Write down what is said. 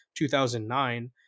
2009